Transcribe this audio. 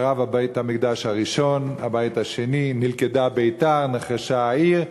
הרבה קולמוסים נשברו, מה היה חטא המרגלים.